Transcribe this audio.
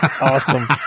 Awesome